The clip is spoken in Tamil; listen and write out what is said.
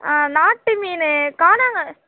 ஆ நாட்டு மீன் கானாங்